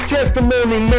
Testimony